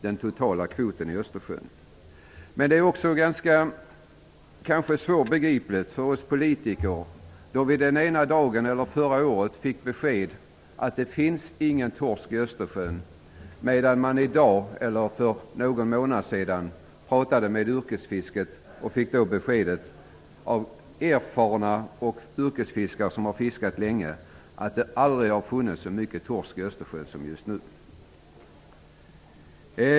Det är nog ganska svårbegripligt för oss politiker att vi förra året fick beskedet att det inte finns någon torsk i Östersjön medan erfarna yrkesfiskare för någon månad sedan sade att det aldrig har funnits så mycket torsk i Östersjön som just nu.